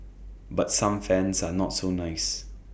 but some fans are not so nice